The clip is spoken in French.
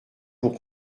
pour